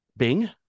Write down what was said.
Bing